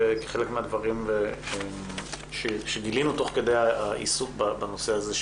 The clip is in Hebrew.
כחלק מהדברים שגילינו תוך כדי העיסוק בנושא הזה,